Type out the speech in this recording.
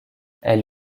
elle